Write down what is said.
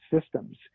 systems